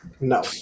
no